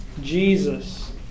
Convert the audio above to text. Jesus